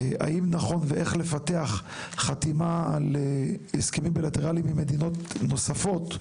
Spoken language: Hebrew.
האם נכון ואיך לפתח חתימה על הסכמים בילטרליים עם מדינות נוספות,